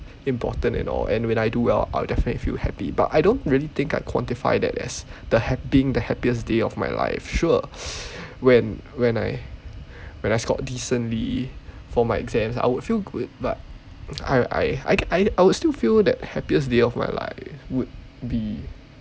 important and all and when I do well I would definitely feel happy but I don't really think I quantify that as the happ~ being the happiest day of my life sure when when I when I scored decently for my exams I would feel good but I I I ca~ I would still feel the happiest day of my life would be